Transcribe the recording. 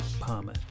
Palmer